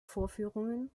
vorführungen